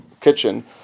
kitchen